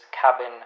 cabin